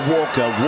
Walker